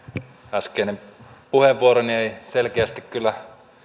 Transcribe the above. äskeinen puheenvuoroni ei selkeästi kyllä